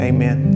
Amen